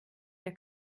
der